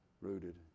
rooted